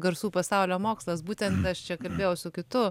garsų pasaulio mokslas būtent aš čia kalbėjau su kitu